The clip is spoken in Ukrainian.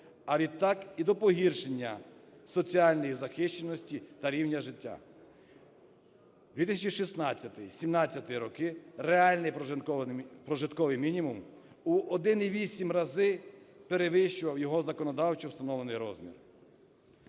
а відтак, і до погіршення соціальної захищеності та рівня життя. 2016-2017 роки – реальний прожитковий мінімум у 1,8 рази перевищував його законодавчо встановлений розмір.